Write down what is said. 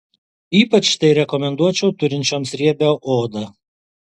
ypač tai rekomenduočiau turinčioms riebią odą